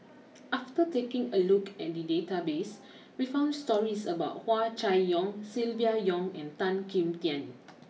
after taking a look at the database we found stories about Hua Chai Yong Silvia Yong and Tan Kim Tian